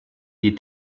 des